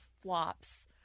flops